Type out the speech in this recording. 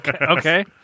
Okay